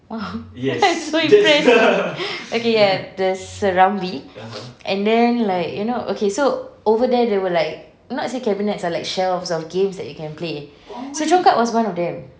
okay ya the serambi and then like you know okay so over there they will like not say cabinets ah like shelves of games you can play so congkak was one of them